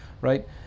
right